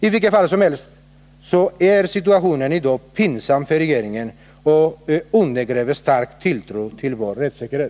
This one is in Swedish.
I vilket fall som helst är situationen i dag pinsam för regeringen och undergräver tilltron till vår rättssäkerhet.